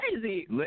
crazy